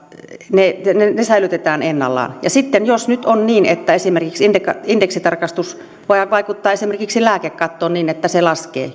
säilytetään ennallaan ja sitten jos nyt näillä tunnusluvuilla ollaan menossa eteenpäin esimerkiksi indeksitarkistus vaikuttaa lääkekattoon niin että se laskee